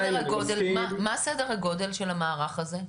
מה סדר הגודל של המערך הזה?